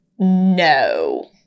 No